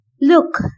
Look